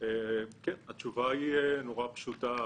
התשובה היא נורא פשוטה,